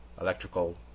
electrical